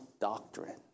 doctrine